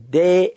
day